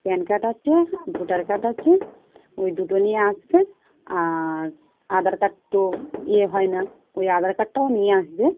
pan card আছে voter card আছে ওই দুটো নিয়ে আসবে আর আধার কার্ড তো ইয়ে হয় না ওই আধার কার্ডটাও নিয়ে আসবে